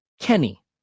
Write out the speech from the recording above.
kenny